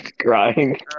crying